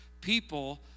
people